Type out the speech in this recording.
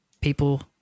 people